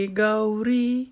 Gauri